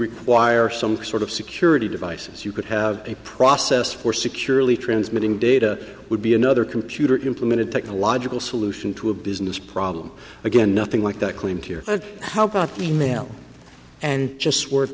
require some sort of security devices you could have a process for securely transmitting data would be another computer implemented technological solution to a business problem again nothing like that claimed here how about the email and just wor